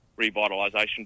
revitalisation